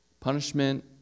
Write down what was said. punishment